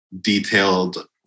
detailed